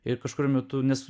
ir kažkuriuo metu nes